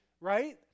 right